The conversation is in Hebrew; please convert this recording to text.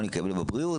מה אני מקבל בבריאות?